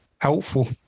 helpful